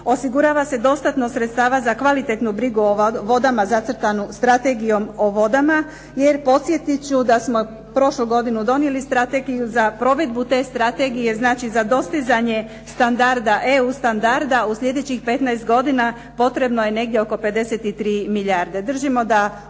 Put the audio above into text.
osigurava se dostatno sredstava za kvalitetnu brigu o vodama zacrtanu Strategijom o vodama. Jer podsjetit ću da smo prošlu godinu donijeli strategiju za provedbu te Strategije, znači za dostizanje EU standarda u sljedećih 15 godina potrebno je negdje oko 53 milijarde,